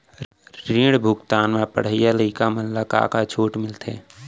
ऋण भुगतान म पढ़इया लइका मन ला का का छूट मिलथे?